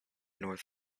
north